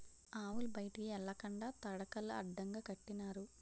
ఆవులు బయటికి ఎల్లకండా తడకలు అడ్డగా కట్టినారు